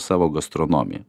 savo gastronomiją